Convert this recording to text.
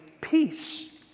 peace